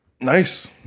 Nice